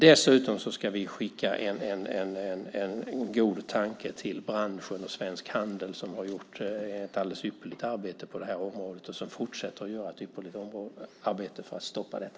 Dessutom ska vi skicka en god tanke till branschen och Svensk Handel som har gjort ett alldeles ypperligt arbete på det här området och som fortsätter att göra ett ypperligt arbete för att stoppa detta.